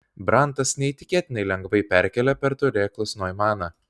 brantas neįtikėtinai lengvai perkėlė per turėklus noimaną